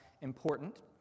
important